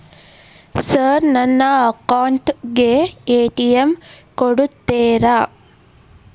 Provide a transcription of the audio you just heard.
Sir ನನ್ನ account ಗೆ ATM ಕೊಡುತ್ತೇರಾ?